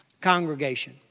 congregation